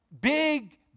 Big